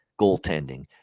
goaltending